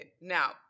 Now